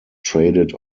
traded